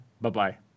bye-bye